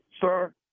sir